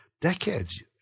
decades